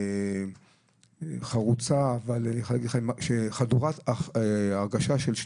חרוצה, חדורת הרגשה של שליחות,